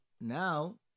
now